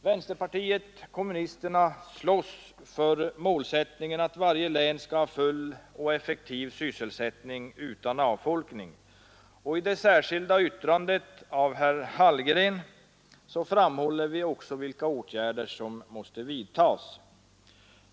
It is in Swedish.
Vänsterpartiet kommunisterna slåss för målsättningen att varje län skall ha full och effektiv sysselsättning utan avfolkning, och i det särskilda yttrandet av herr Hallgren framhåller vi också vilka åtgärder som måste vidtas.